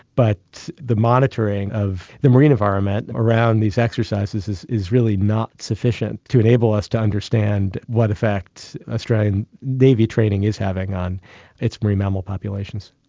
but the monitoring of the marine environment around these exercises is is really not sufficient to enable us to understand what effects australian navy training is having on its marine mammal populations.